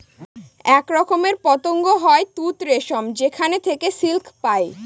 এক রকমের পতঙ্গ হয় তুত রেশম যেখানে থেকে সিল্ক পায়